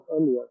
earlier